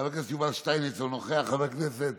חבר הכנסת יובל שטייניץ, אינו נוכח, חבר הכנסת